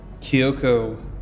Kyoko